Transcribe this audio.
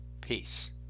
Peace